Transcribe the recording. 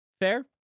Fair